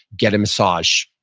get a massage.